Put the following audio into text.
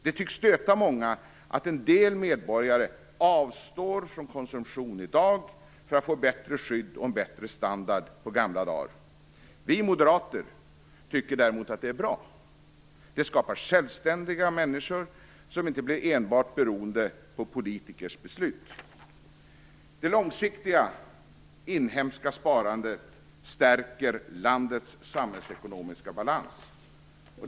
Det tycks stöta många att en del medborgare avstår från konsumtion i dag för att få ett bättre skydd och en bättre standard på gamla dar. Vi moderater tycker däremot att det är bra. Det skapar självständiga människor, som inte enbart blir beroende av politikers beslut. Det långsiktiga inhemska sparandet stärker landets samhällsekonomiska balans.